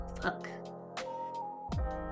fuck